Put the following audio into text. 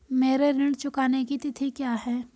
मेरे ऋण चुकाने की तिथि क्या है?